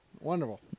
Wonderful